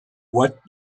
what